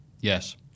Yes